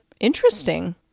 interesting